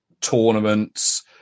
tournaments